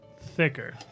thicker